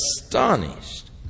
astonished